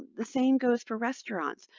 the same goes for restaurants.